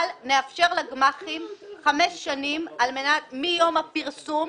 אבל נאפשר לגמ"חים חמש שנים מיום הפרסום,